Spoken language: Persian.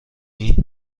این